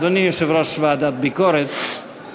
אדוני יושב-ראש ועדת הביקורת,